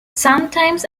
sometimes